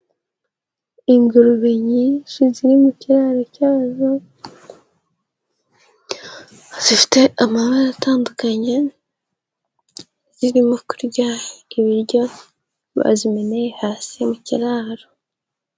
Ingurube nyinshi ziri mu kiraro cyazo, zifite amabara atandukanye, zirimo kurya ibiryo bazimineye hasi mu kiraro.